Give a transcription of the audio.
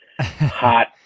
hot